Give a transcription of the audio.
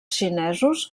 xinesos